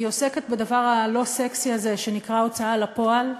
היא עוסקת בדבר הלא-סקסי הזה שנקרא הוצאה לפועל,